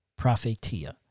prophetia